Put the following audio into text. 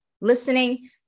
listening